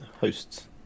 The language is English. Hosts